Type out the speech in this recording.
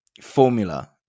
formula